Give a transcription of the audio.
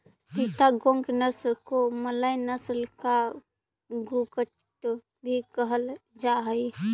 चिटागोंग नस्ल को मलय नस्ल का कुक्कुट भी कहल जा हाई